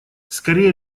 скорее